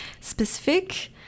specific